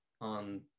on